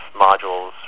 modules